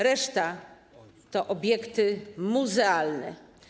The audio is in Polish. Reszta to obiekty muzealne.